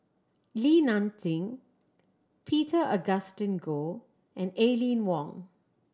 Li Nanxing Peter Augustine Goh and Aline Wong